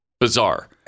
bizarre